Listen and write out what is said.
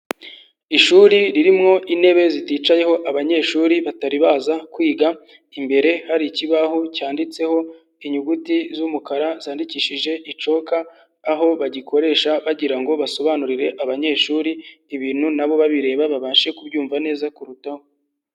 Ishuri ririmo intebe ziticayeho abanyeshuri batari baza kwiga, imbere hari ikibaho cyanditseho inyuguti z'umukara, zandikishije icoka, aho bagikoresha bagira ngo basobanurire abanyeshuri ibintu, nabo babireba babashe kubyumva neza kurutaho.